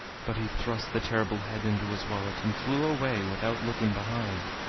but he thrust the terrible head into his wallet, and flew away without looking behind.